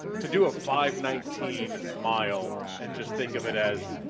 to do a five nineteen mile and just think of it as,